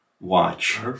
Watch